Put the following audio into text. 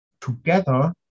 together